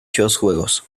juegos